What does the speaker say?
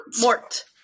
Mort